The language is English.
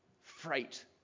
freight